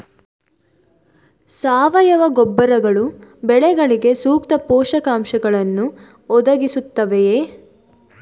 ಸಾವಯವ ಗೊಬ್ಬರಗಳು ಬೆಳೆಗಳಿಗೆ ಸೂಕ್ತ ಪೋಷಕಾಂಶಗಳನ್ನು ಒದಗಿಸುತ್ತವೆಯೇ?